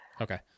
Okay